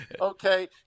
Okay